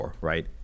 right